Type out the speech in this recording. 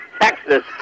Texas